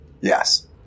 Yes